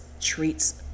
treats